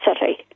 city